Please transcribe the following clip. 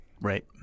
Right